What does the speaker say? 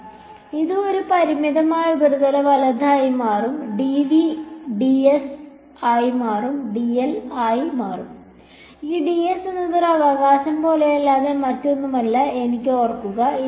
അതിനാൽ ഇത് ഒരു പരിമിതമായ ഉപരിതല വലത് ആയി മാറും dV dS ആയി മാറും dl ആയി മാറും ഈ ds എന്നത് ഈ അവകാശം പോലെയല്ലാതെ മറ്റൊന്നുമല്ല എന്ന് ഓർക്കുക